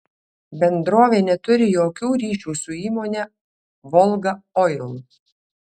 bendrovė neturi jokių ryšių su įmone volga oil